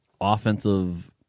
offensive